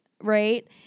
right